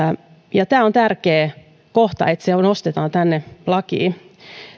tämä on tärkeä kohta että se nostetaan tänne lakiin